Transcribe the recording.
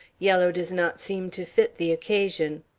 yellow does not seem to fit the occasion.